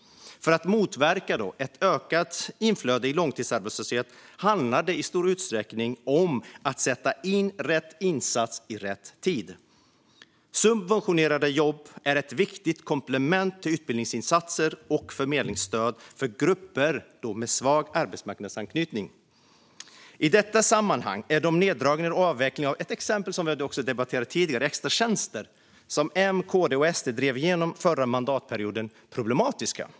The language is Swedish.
För att motverka ett ökat inflöde i långtidsarbetslöshet handlar det i stor uträckning om att sätta in rätt insats i rätt tid. Subventionerade jobb är ett viktigt komplement till utbildningsinsatser och förmedlingsstöd för grupper med svag arbetsmarknadsanknytning. I detta sammanhang är neddragningar och avveckling av extratjänster, något som vi har debatterat tidigare, som M, KD och SD drev igenom förra mandatperioden, problematiska.